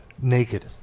Naked